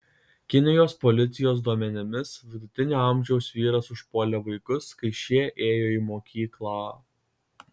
kinijos policijos duomenimis vidutinio amžiaus vyras užpuolė vaikus kai šie ėjo į mokyklą